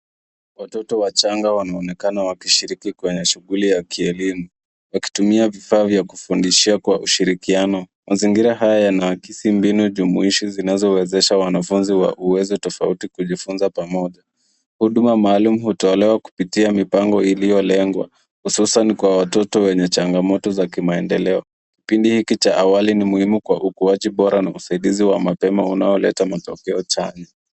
Watoto wachanga wanaonekana wakishiriki kwenye shughuli ya kielimu wakitumia vifaa vya kujifunzia kwa ushirikiano. Mazingira yanaakisi mbinu jumuishi zinazowezesha wanafunzi wa uwezo tofauti kujifunza pamoja. Huduma maalum hutolewa kupitia mipango iliyolengwa hususan kwa watoto wenye changamoto za kimaendeleo. Kipindi hiki cha awamu ni muhimu kwa ukuaji Bora na usaidizi wa mapema unayoleta matokeo.